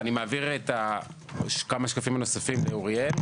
אני מעביר את השקפים הנוספים לאוריאל.